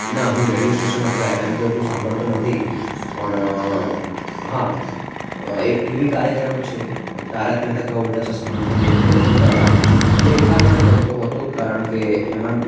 ના હું radio station અથવા એફએમ તો એટલું સાંભળતો નથી પણ હા એક ટીવી કાર્યક્રમ છે તારક મહેતા કા ઉલ્ટા ચશ્મા હું દેખતો હતો પહેલાં અને એટલા માટે ગમતો હતો કારણ કે એમાં